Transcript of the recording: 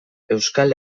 euskal